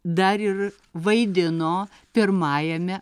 dar ir vaidino pirmajame